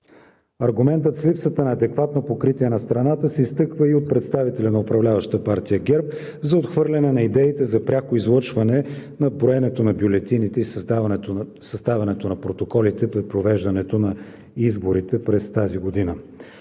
Аргументът с липсата на адекватно покритие на страната се изтъква и от представители на управляваща партия ГЕРБ за отхвърляне на идеите за пряко излъчване на броенето на бюлетините и съставянето на протоколите при провеждането на изборите през тази година.